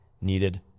needed